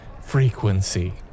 frequency